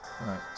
Right